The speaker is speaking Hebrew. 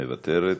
מוותרת.